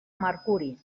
mercuri